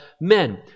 men